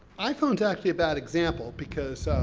iphone's actually a bad example, because,